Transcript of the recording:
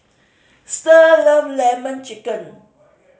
Starr love Lemon Chicken